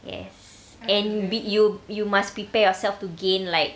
yes and beat you you must prepare yourself to gain like